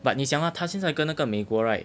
but 你想到现在它跟那个美国 right